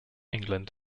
england